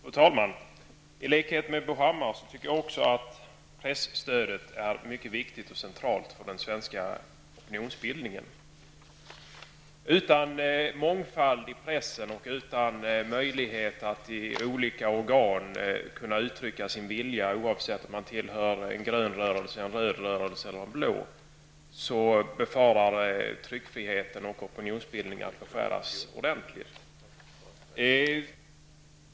Fru talman! I likhet med Bo Hammar tycker jag att presstödet är mycket viktigt och centralt för den svenska opinionsbildningen. Utan mångfald i pressen och utan möjligheter att i olika organ kunna uttrycka sin vilja oavsett om man tillhör en grön, röd eller blå rörelse, befarar tryckfriheten och opinionsbildningen att beskäras ordentligt.